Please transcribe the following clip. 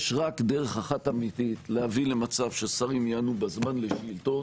יש רק דרך אחת אמיתית להביא למצב ששרים יענו בזמן לשאילתות